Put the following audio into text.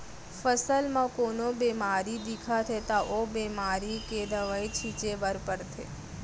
फसल म कोनो बेमारी दिखत हे त ओ बेमारी के दवई छिंचे बर परथे